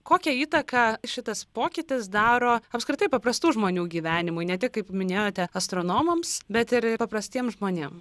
kokią įtaką šitas pokytis daro apskritai paprastų žmonių gyvenimui ne tik kaip minėjote astronomams bet ir paprastiem žmonėm